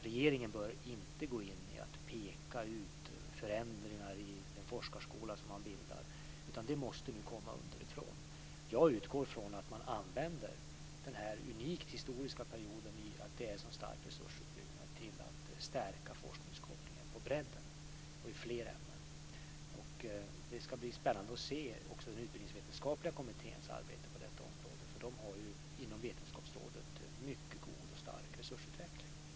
Regeringen bör inte gå in och peka ut förändringar i den forskarskola som man bildar, utan det måste komma underifrån. Jag utgår från att man använder den här historiskt unika perioden med en så stark resursuppbyggnad till att stärka forskningskopplingen på bredden, i fler ämnen. Det ska bli spännande att se också den utbildningsvetenskapliga kommitténs arbete på detta område. Inom Vetenskapsrådet har man ju en mycket god och stark resursutveckling.